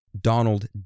Donald